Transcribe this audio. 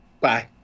bye